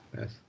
Yes